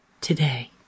today